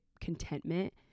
contentment